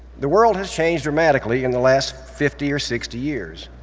the world has changed dramatically in the last fifty or sixty years.